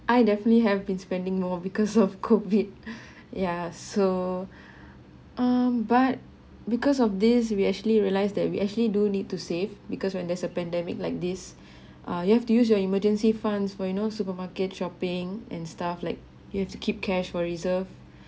I definitely have been spending more because of COVID yeah so um but because of this we actually realize that we actually do need to save because when there is a pandemic like this ah you have to use your emergency funds for you know supermarket shopping and stuff like you have to keep cash for reserve